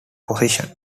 positions